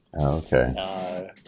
okay